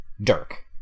Dirk